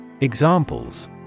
Examples